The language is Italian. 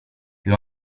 più